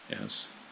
Yes